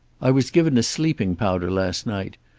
i was given a sleeping powder last night.